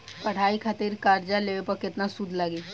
पढ़ाई खातिर कर्जा लेवे पर केतना सूद लागी?